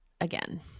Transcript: again